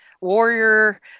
warrior